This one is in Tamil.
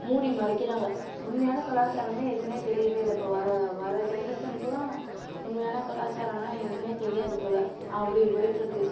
மூடி மறைக்கிறாங்க உண்மையான கலாச்சாரமே எதுனே தெரியவே இல்லை இப்போ வர வர ஜென்ரேஷனுக்கெலாம் உண்மையான கலாச்சாரம்னா எதுனே தெரியாது போல் அப்படி போயிட்டிருக்கு